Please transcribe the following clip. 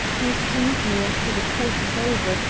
he was to meet me after the court was over,